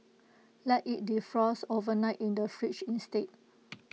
let IT defrost overnight in the fridge instead